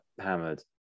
hammered